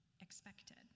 expected